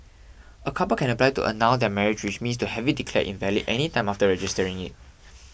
a couple can apply to annul their marriage which means to have it declared invalid any time after registering it